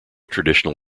traditional